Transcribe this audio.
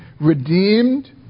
redeemed